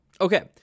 okay